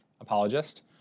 apologist